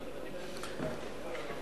את